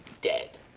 dead